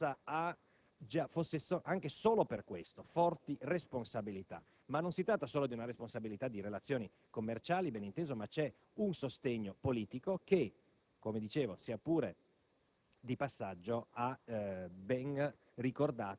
figuriamoci per la Birmania, e di conseguenza, fosse anche solo per questo, ha già forti responsabilità. Ma non si tratta solo di una responsabilità di relazioni commerciali: vi è un sostegno politico che, come dicevo, ha ben